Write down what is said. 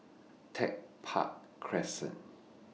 Tech Park Crescent